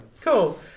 Cool